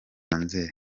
nzeri